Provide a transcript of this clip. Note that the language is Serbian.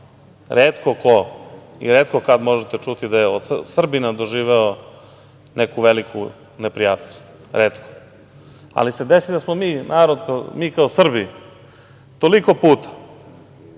retko ko i retko kada možete čuti da je od Srbina doživeo neku veliku neprijatnost. Retko. Ali se desi da smo mi kao Srbi toliko puta